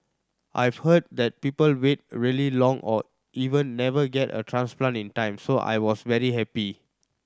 I've heard that people wait really long or even never get a transplant in time so I was very happy